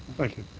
thank you,